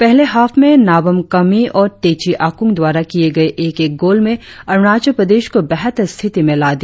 पहले हाफ में नाबम कामि और तेची आकुंग द्वारा किए गए एक एक गोल में अरुणाचल प्रदेश को बेहतर स्थिति में ला दिया